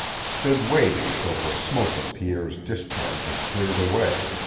stood waiting till the smoke of pierre's discharge had cleared away,